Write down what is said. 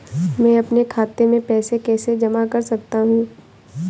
मैं अपने खाते में पैसे कैसे जमा कर सकता हूँ?